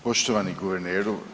Poštovani guverneru.